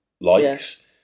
likes